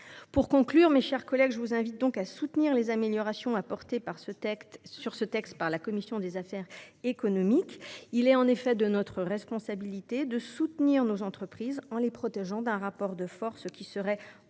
Pour conclure, mes chers collègues, je vous invite à voter les améliorations apportées à ce texte par la commission des affaires économiques. Il est en effet de notre responsabilité de soutenir nos entreprises, en les protégeant d’un rapport de force qui, si le texte